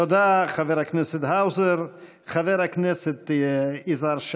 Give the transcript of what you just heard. תודה, חבר הכנסת האוזר.